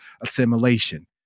assimilation